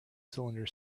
cylinder